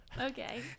okay